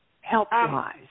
Health-wise